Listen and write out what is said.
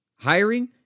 Hiring